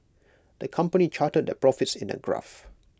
the company charted their profits in A graph